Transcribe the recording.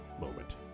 moment